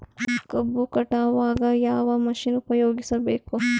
ಕಬ್ಬು ಕಟಾವಗ ಯಾವ ಮಷಿನ್ ಉಪಯೋಗಿಸಬೇಕು?